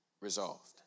resolved